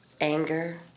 anger